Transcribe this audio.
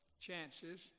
chances